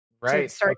Right